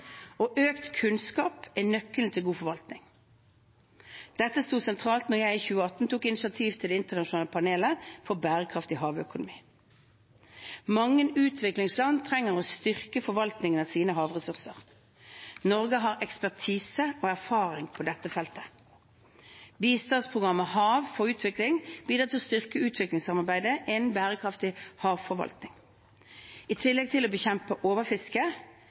og økt kunnskap er nøkkelen til god forvaltning. Dette sto sentralt da jeg i 2018 tok initiativ til det internasjonale panelet for bærekraft i havøkonomien. Mange utviklingsland trenger å styrke forvaltningen av sine havressurser. Norge har ekspertise og erfaring på dette feltet. Bistandsprogrammet «Hav for utvikling» bidrar til å styrke utviklingssamarbeidet innen bærekraftig havforvaltning. I tillegg til å bekjempe overfiske